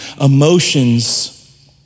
emotions